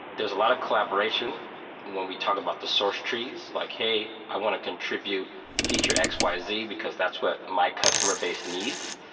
there's a lot of collaboration when we talk about the source trees, like, hey, i want to contribute feature x, y, z because that's what my customer base needs.